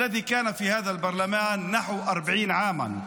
שהיה בפרלמנט הזה בערך 40 שנה,